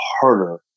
harder